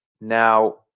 Now